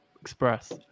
express